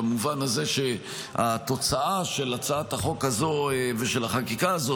במובן הזה שהתוצאה של הצעת החוק הזאת ושל החקיקה הזאת